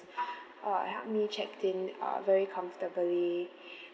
uh help me checked in uh very comfortably